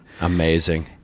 amazing